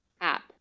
app